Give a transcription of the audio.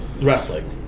wrestling